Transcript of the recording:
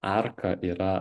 arka yra